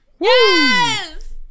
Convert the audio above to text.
yes